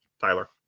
Tyler